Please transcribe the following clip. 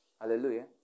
Hallelujah